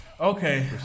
Okay